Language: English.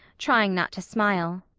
trying not to smile.